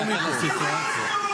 גזען שכמוך.